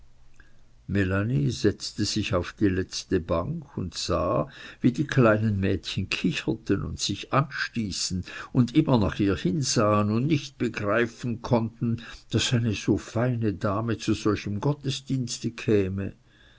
setzte sich auf die letzte bank und sah wie die kleinen mädchen kicherten und sich anstießen und immer nach ihr hinsahen und nicht begreifen konnten daß eine so feine dame zu solchem gottesdienste käme